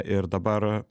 ir dabar